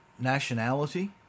nationality